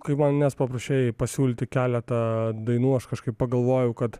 kai manęs paprašei pasiūlyti keletą dainų aš kažkaip pagalvojau kad